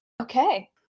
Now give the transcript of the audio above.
Okay